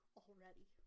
already